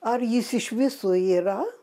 ar jis iš viso yra